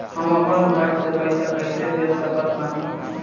हम अपना मोबाइल से पैसा कैसे भेज सकत बानी?